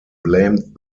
blamed